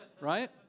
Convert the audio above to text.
right